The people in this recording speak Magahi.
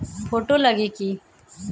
फोटो लगी कि?